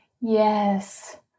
Yes